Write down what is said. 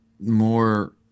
more